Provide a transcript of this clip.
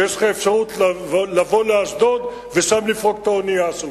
יש לך אפשרות לבוא לאשדוד ושם לפרוק את האונייה שלך.